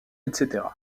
etc